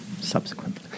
subsequently